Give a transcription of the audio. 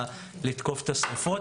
לתקוף את השריפות.